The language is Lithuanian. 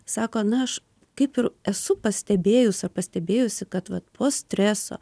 sako na aš kaip ir esu pastebėjus ar pastebėjusi kad vat po streso